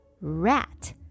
Rat